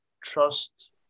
trust